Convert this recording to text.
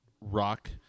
rock